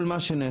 כל מה שנעשה,